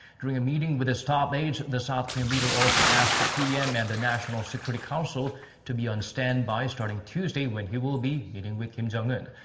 during a meeting with his top aides, the south korean leader also asked the pm and the national security council to be on standby starting tuesday. when he will be meeting with kim jong-un.